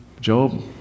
Job